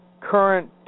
current